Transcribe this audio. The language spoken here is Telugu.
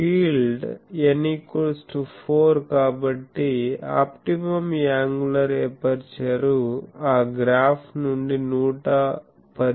n 4 కాబట్టి ఆప్టిమమ్ యాంగులర్ ఎపర్చరు ఆ గ్రాఫ్ నుండి 110 డిగ్రీ ఉంటుంది